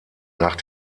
nach